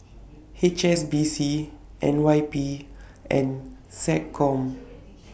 H S B C N Y P and Seccom